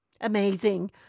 Amazing